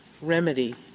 remedy